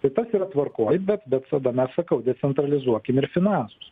tai tas yra tvarkoj bet bet tada mes sakau decentralizuokim ir finansus